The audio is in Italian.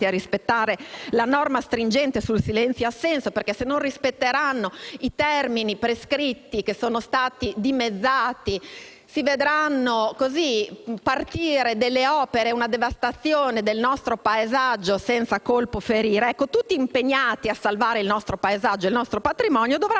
a rispettare la norma stringente sul silenzio-assenso, perché se non rispetteranno i termini prescritti, che sono stati dimezzati, vedranno partire opere, con devastazione del nostro paesaggio, senza colpo ferire. I soprintendenti saranno tutti impegnati a salvare il nostro paesaggio e il nostro patrimonio e dovranno